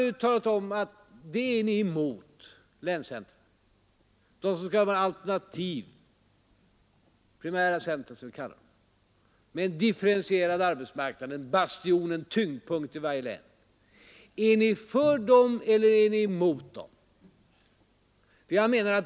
Ni har talat om att ni är emot sådana centra, de som skall utgöra ett alternativ med en differentierad arbetsmarknad och vara en bastion och en tyngdpunkt i varje län. Är ni för dem eller är ni emot dem?